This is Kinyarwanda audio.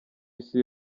isi